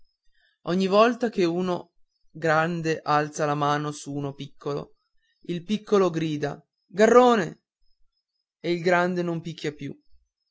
ogni volta che uno grande alza la mano su di uno piccolo il piccolo grida garrone e il grande non picchia più